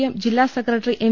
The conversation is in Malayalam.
എം ജില്ലാ സെക്രട്ടറി എം